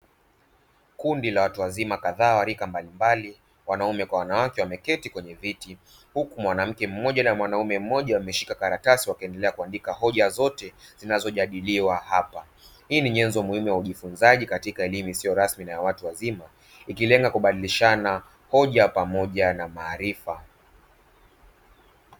Kundi la watu wazima kadhaa walika mbalimbali, wanaume kwa wanawake, wameketi kwenye viti huku mwanamke mmoja na mwanaume mmoja wameshika karatasi wakiendelea kuandika hoja zote zinazojadiliwa hapa. Hii ni nyenzo muhimu ya ujifunzaji katika elimu isiyo rasmi na ya watu wazima, ikilenga kubadilishana hoja pamoja na maarifa.